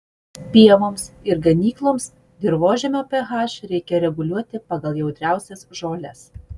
pievoms ir ganykloms dirvožemio ph reikia reguliuoti pagal jautriausias žoles